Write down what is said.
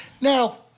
Now